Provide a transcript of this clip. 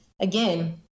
again